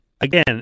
Again